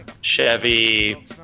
Chevy